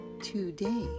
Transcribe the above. today